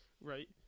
right